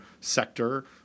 sector